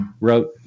wrote